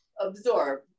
absorb